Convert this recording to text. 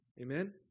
Amen